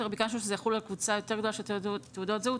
ביקשנו שזה יחול על קבוצה יותר גדולה של תעודות זהות,